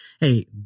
Hey